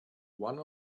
one